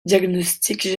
diagnostiques